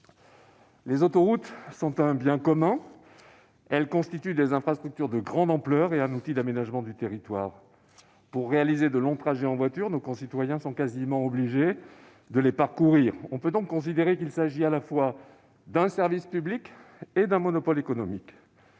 Les autoroutes sont un bien commun. Elles constituent des infrastructures de grande ampleur et un outil d'aménagement du territoire. Pour réaliser de longs trajets en voiture, nos concitoyens sont quasiment obligés de les parcourir. On peut donc considérer qu'il s'agit à la fois d'un service public et d'un monopole économique.